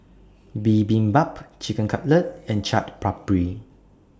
Bibimbap Chicken Cutlet and Chaat Papri